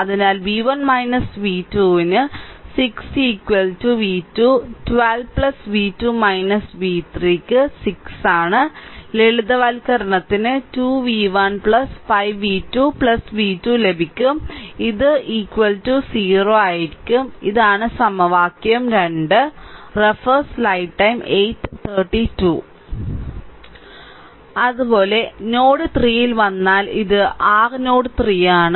അതിനാൽ v1 v2 ന് 6 v2 ന് 12 v2 v3 ന് 6 ലളിതവൽക്കരണത്തിന് 2 v1 5 v2 v2 ലഭിക്കും ഇത് 0 ഇത് സമവാക്യം 2 ആണ് അതുപോലെ നോഡ് 3 ൽ വന്നാൽ ഇത് r നോഡ് 3 ആണ്